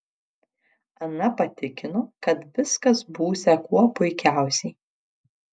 ana patikino kad viskas būsią kuo puikiausiai